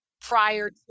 prior